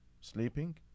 sleeping